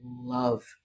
love